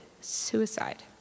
suicide